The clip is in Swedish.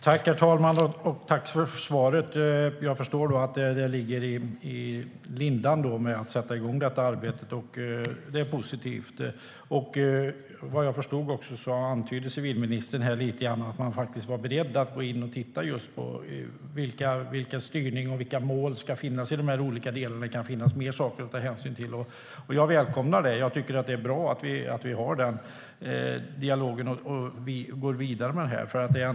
Herr talman! Jag vill tacka för svaret. Jag förstår att detta arbete ligger i sin linda och ska sättas igång. Det är positivt. Vad jag förstod antydde civilministern att man är beredd att titta på vilken styrning och vilka mål som ska finnas i de olika delarna. Det kan finnas fler saker att ta hänsyn till. Jag välkomnar det. Det är bra att vi har dialogen och att vi går vidare med det här.